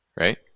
right